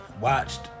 watched